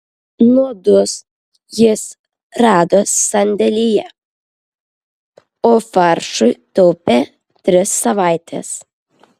nuodus jis rado sandėlyje o faršui taupė tris savaites